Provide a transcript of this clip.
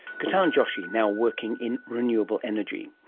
ketan joshi, now working in renewable energy.